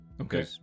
Okay